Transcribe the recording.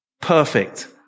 perfect